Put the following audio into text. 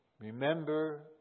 remember